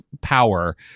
Power